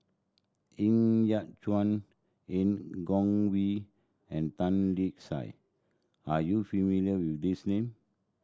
Ng Yat Chuan Han Guangwei and Tan Lark Sye are you familiar with these name